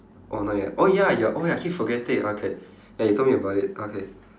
oh not yet oh ya you're oh ya I keep forgetting okay ya you told me about it okay